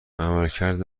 عملکرد